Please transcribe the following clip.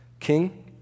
King